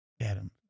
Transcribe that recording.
Adam